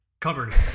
Covered